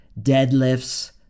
deadlifts